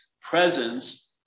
presence